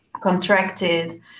contracted